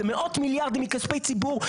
זה מאות מיליארדים מכספי ציבור,